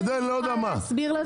לא יודע למה,